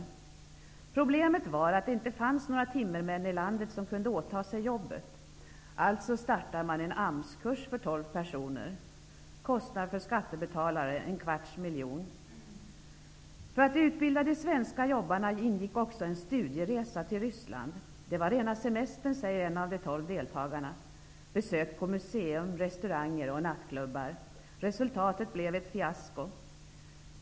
Problemet var att det inte fanns några timmermän i landet som kunde åta sig jobbet. Alltså startar man en AMS För att utbilda de svenska jobbarna ingick också en ''studieresa'' till Ryssland. Det var rena semestern, säger en av de tolv deltagarna. Besök på museum, restauranger och nattklubbar. Resultatet blev ett fiasko.